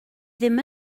ddim